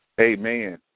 Amen